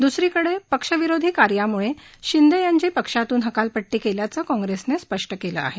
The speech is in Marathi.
द्सरीकडे पक्षविरोधी कार्याम्ळे शिंदे यांची पक्षातून हकालपट्टी केल्याचे काँग्रेसने स्पष्ट केले आहे